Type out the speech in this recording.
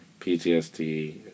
PTSD